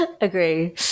Agree